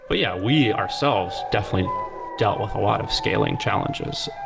but yeah, we ourselves definitely dealt with a lot of scaling challenges.